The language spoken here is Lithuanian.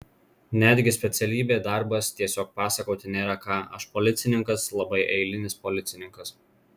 netgi specialybė darbas tiesiog pasakoti nėra ką aš policininkas labai eilinis policininkas